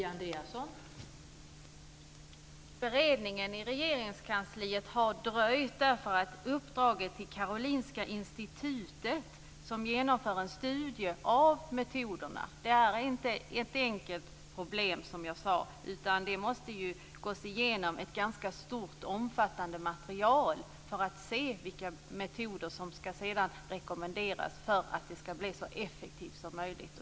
Fru talman! Beredningen i Regeringskansliet har dröjt därför att uppdraget gått till Karolinska institutet, som genomför en studie av metoderna. Det gäller, som jag sade, inte ett enkelt problem, utan det är ett ganska omfattande material som måste gås igenom för att man ska se vilka metoder som kan rekommenderas för att behandlingen ska bli så effektiv som möjligt.